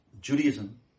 Judaism